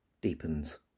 deepens